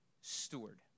steward